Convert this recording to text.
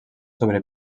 sobre